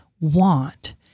want